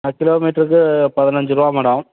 kilo மீட்டருக்கு பதினஞ்சுருவா madam